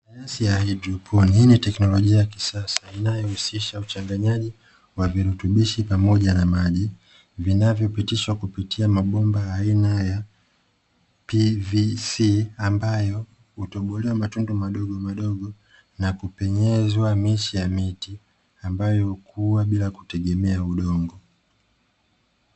Sayansi ya haidroponi, hii ni teknolojia ya kisasa inayohusisha uchanganyaji wa virutubishi pamoja na maji vinavyopitishwa kupitia mabomba ya aina ya 'PVC' ambayo hutobolewa matundu madogo madogo na kupenyezwa miche ya miti ambayo hukua bila kutegemea udongo.